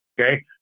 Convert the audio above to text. Okay